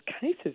cases